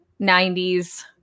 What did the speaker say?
90s